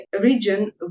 region